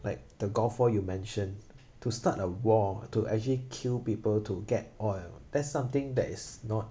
like the gulf war you mention to start a war to actually kill people to get oil that's something that is not